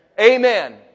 Amen